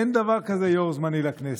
אין דבר כזה יו"ר זמני לכנסת.